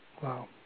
Wow